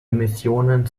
emissionen